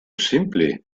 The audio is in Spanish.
simple